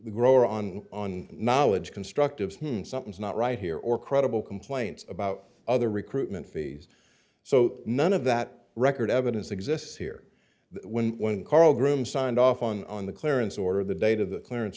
grower on on knowledge constructive something's not right here or credible complaints about other recruitment fees so none of that record evidence exists here when karl groom signed off on the clearance order the date of the clearance